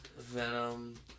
Venom